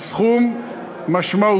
זה סכום משמעותי.